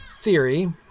theory